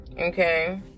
okay